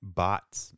bots